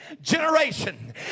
generation